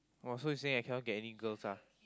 !wow! so you say I can not get any girls lah